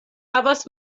havas